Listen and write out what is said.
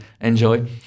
enjoy